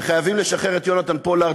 וחייבים לשחרר את יונתן פולארד,